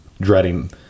dreading